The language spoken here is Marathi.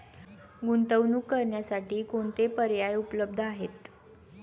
गुंतवणूक करण्यासाठी कोणते पर्याय उपलब्ध आहेत?